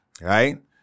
right